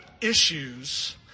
issues